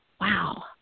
Wow